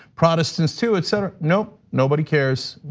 protestants too etc. nope, nobody cares.